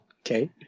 Okay